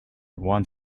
one